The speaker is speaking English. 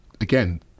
again